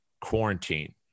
quarantine